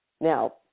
Now